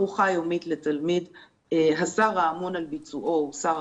החמות, אנחנו מדברים על תקציב של 30 מיליון שקל.